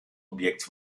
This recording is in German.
objekts